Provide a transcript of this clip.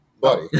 buddy